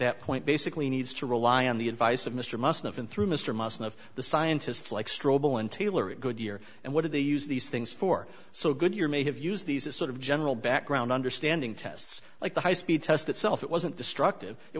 that point basically needs to rely on the advice of mr must have been through mr musson of the scientists like strobel and taylor at goodyear and what do they use these things for so good you're may have used these as sort of general background understanding tests like the high speed test itself it wasn't destructive it